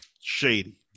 shady